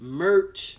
merch